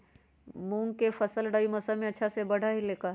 मूंग के फसल रबी मौसम में अच्छा से बढ़ ले का?